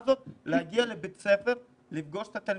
הזאת להגיע לבית הספר לפגוש את התלמידים.